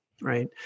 right